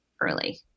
early